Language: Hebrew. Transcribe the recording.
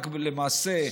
למעשה,